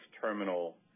terminal